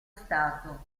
stato